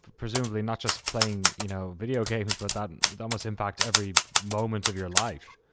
presumably not just playing you know video games, but that and but that must impact every moment of your life.